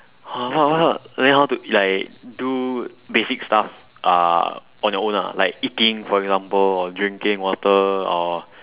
uh w~ what el~ then how to like do basic stuff uh on your own ah like eating for example or drinking water or